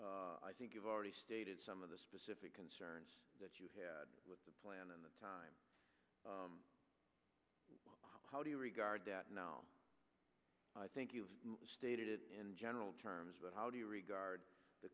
i think you've already stated some of the specific concerns that you had with the plan and the time how do you regard that now i think you've stated it in general terms but how do you regard the